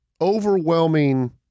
overwhelming